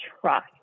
trust